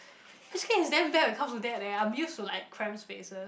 h_k is damn bad when it comes to that eh I'm used to like cramp spaces